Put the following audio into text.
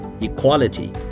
equality